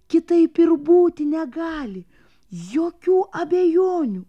kitaip ir būti negali jokių abejonių